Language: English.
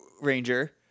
Ranger